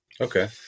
Okay